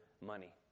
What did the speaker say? money